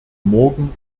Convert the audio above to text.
morgen